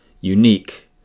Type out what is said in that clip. unique